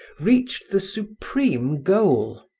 reached the supreme goal.